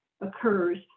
occurs